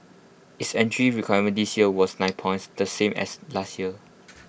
its entry requirement this year was nine points the same as last year